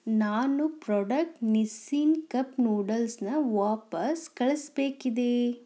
ನಾನು product Nissin cup ನೂಡಲ್ಸನ್ನು ವಾಪಸು ಕಳ್ಸ್ಬೇಕಿದೆ